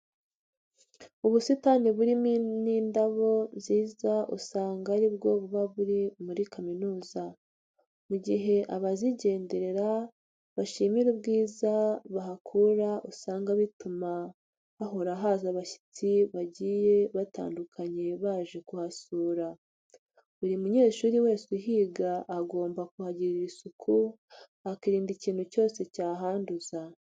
Ubusitani burimo n'indabo nziza usanga ari bwo buba buri muri kaminuza. Mu gihe abazigenderera bishimira ubwiza bahakura usanga bituma hahora haza abashyitsi bagiye batandukanye baje kuhasura. Buri munyeshuri wese uhiga agomba kuhagirira isuku akirinda ikintu cyose cyahanduza.